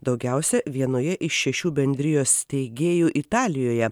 daugiausia vienoje iš šešių bendrijos steigėjų italijoje